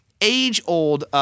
Age-old